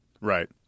Right